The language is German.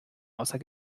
außer